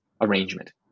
arrangement